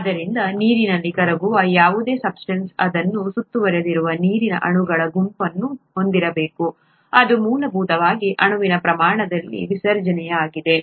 ಆದ್ದರಿಂದ ನೀರಿನಲ್ಲಿ ಕರಗುವ ಯಾವುದೇ ಸಬ್ಸ್ಟೆನ್ಸ್ ಅದನ್ನು ಸುತ್ತುವರೆದಿರುವ ನೀರಿನ ಅಣುಗಳ ಗುಂಪನ್ನು ಹೊಂದಿರಬೇಕು ಅದು ಮೂಲಭೂತವಾಗಿ ಅಣುವಿನ ಪ್ರಮಾಣದಲ್ಲಿ ವಿಸರ್ಜನೆಯಾಗಿದೆ